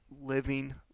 living